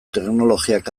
teknologiak